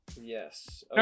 yes